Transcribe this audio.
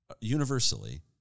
universally